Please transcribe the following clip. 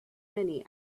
many